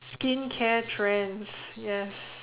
skincare trends yes